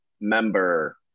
member